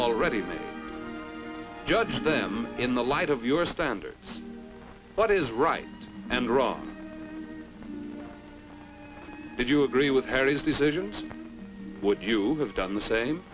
made judge them in the light of your standard what is right and wrong did you agree with harry's decisions would you have done the same